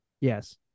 yes